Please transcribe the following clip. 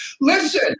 Listen